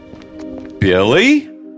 Billy